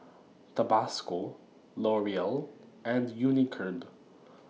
Tabasco L'Oreal and Unicurd